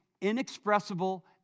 inexpressible